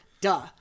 duh